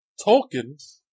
Tolkien